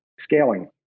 scaling